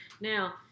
Now